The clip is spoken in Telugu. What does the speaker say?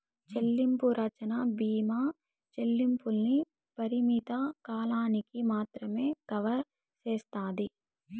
చెల్లింపు రచ్చన బీమా చెల్లింపుల్ని పరిమిత కాలానికి మాత్రమే కవర్ సేస్తాది